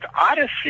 Odyssey